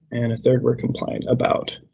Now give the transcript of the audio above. and a third were compliant, about.